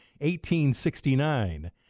1869